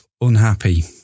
unhappy